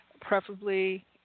Preferably